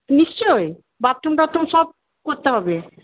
নিশ্চয়ই বাথরুম টাথরুম সব করতে হবে